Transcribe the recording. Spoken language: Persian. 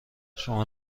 شما